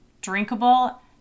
drinkable